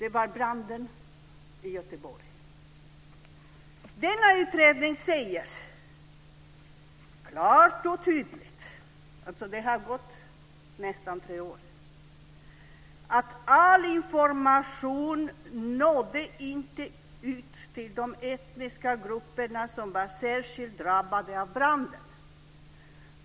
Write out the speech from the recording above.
Det var branden i Göteborg. Denna utredning säger klart och tydligt - det har alltså gått nästan tre år - att all information inte nådde ut till de etniska grupper som var särskilt drabbade av branden.